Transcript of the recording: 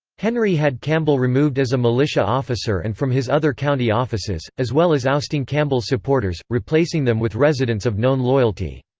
henry had campbell removed as a militia officer and from his other county offices, as well as ousting campbell's supporters, replacing them with residents of known loyalty.